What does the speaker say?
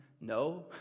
No